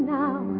now